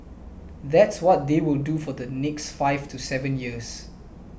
that's what they will do for the next five to seven years